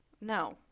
No